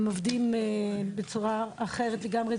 הם עובדים בצורה אחרת לגמרי.